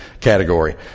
category